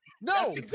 No